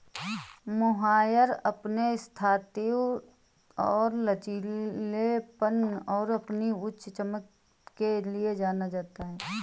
mohair अपने स्थायित्व और लचीलेपन और अपनी उच्च चमक के लिए जाना जाता है